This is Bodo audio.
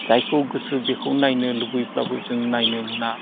जायखौ गोसो बेखौ नायनो लुबैब्लाबो जों नायनो मोना